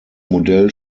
modell